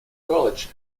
college